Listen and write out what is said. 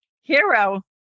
hero